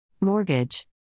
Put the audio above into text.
mortgage